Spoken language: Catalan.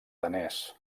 danès